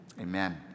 Amen